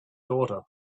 daughter